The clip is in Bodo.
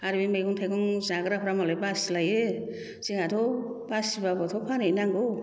आरो बे मैगं थाइगं जाग्राफ्रा मालाय बासिलायो जोंहाथ' बासिबाबोथ' फानहैनांगौ